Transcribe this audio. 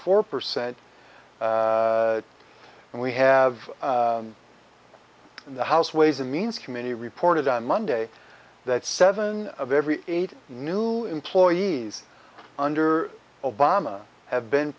four percent and we have in the house ways and means committee reported on monday that seven of every eight new employees under obama have been